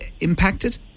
impacted